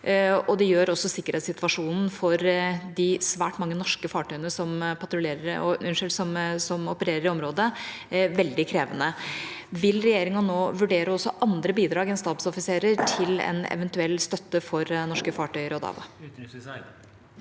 det gjør også sikkerhetssituasjonen for de svært mange norske fartøyene som opererer i området, veldig krevende. Vil regjeringa nå vurdere også andre bidrag enn stabsoffiserer til en eventuell støtte for norske fartøyer?